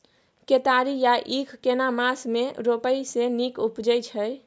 केतारी या ईख केना मास में रोपय से नीक उपजय छै?